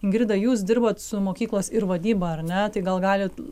ingrida jūs dirbat su mokyklos ir vadyba ar ne tai gal galit